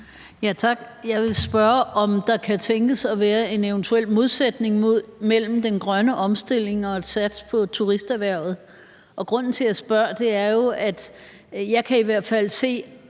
Jeg vil spørge, om der kunne tænkes at være en eventuel modsætning mellem den grønne omstilling og et sats på turisterhvervet. Og grunden til, at jeg spørger, er jo, at jeg i hvert fald kan